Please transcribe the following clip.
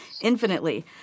infinitely